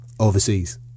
Overseas